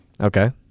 Okay